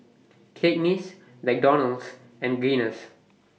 Cakenis McDonald's and Guinness